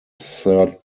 third